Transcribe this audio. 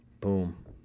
Boom